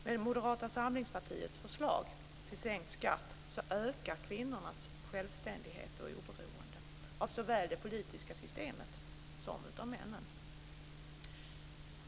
Med Moderata samlingspartiets förslag till sänkt skatt ökar kvinnornas självständighet och oberoende av såväl det politiska systemet som av männen.